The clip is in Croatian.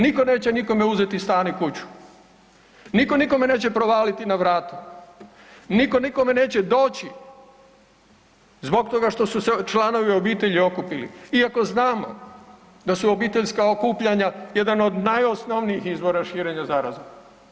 Niko neće nikome uzeti stan i kuću, niko nikome neće provaliti na vrata, niko nikome neće doći zbog toga što su se članovi obitelji okupili, iako znamo da su obiteljska okupljanja jedan od najosnovnijih izvora širenja zaraze.